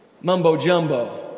mumbo-jumbo